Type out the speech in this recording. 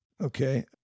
Okay